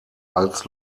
als